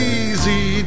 easy